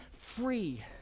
free